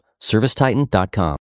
Servicetitan.com